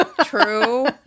true